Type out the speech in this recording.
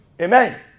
Amen